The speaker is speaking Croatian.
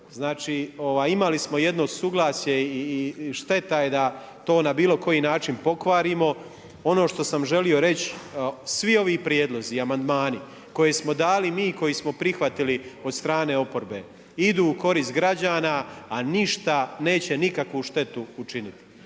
ovaj imali smo jedno suglasje i šteta je da to na bilo koji način pokvarimo. Ono što sam želio reći, svi ovi prijedlozi i amandmani koje smo dali mi, koje smo prihvatili od strane oporbe, idu u korist građana, a ništa neće nikakvu štetu učiniti.